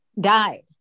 Died